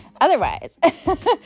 otherwise